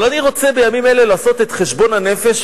אבל אני רוצה בימים אלה לעשות את חשבון הנפש,